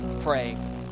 Pray